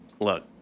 Look